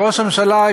וראש הממשלה,